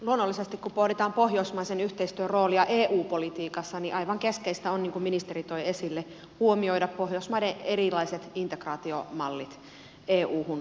luonnollisesti kun pohditaan pohjoismaisen yhteistyön roolia eu politiikassa aivan keskeistä on niin kuin ministeri toi esille huomioida pohjoismaiden erilaiset integraatiomallit euhun liittyen